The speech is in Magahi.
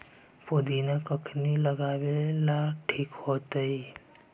पुदिना कखिनी लगावेला ठिक होतइ?